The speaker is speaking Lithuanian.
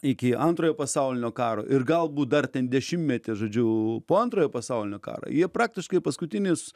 iki antrojo pasaulinio karo ir galbūt dar ten dešimtmetį žodžiu po antrojo pasaulinio karo jie praktiškai paskutinius